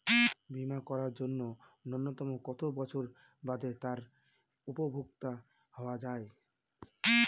বীমা করার জন্য ন্যুনতম কত বছর বাদে তার উপভোক্তা হওয়া য়ায়?